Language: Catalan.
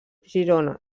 girona